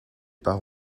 pas